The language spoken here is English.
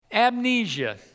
Amnesia